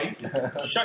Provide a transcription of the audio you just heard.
Shut